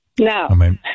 No